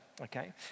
Okay